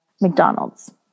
McDonald's